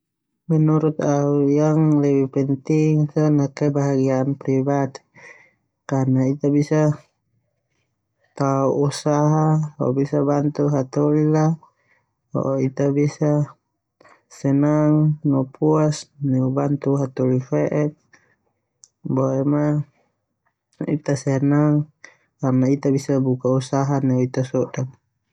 Merut au yang lebih penting kebahagiaan peribadi karena ita bisa tao usaha ho bisa bantu hataholi la ho ita bisa puas no senang neu bantu hataholi bauk.